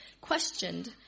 questioned